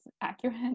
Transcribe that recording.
accurate